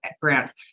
grants